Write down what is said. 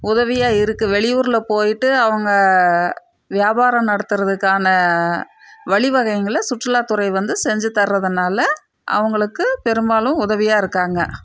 உதவியாக இருக்குது வெளியூரில் போயிட்டு அவங்க வியாபாரம் நடத்துறதுக்கான வழிவகைங்களை சுற்றுலாத்துறை வந்து செஞ்சு தர்றதுனால அவங்களுக்கு பெரும்பாலும் உதவியாக இருக்காங்க